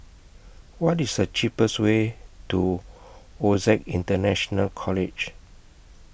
What IS The cheapest Way to OSAC International College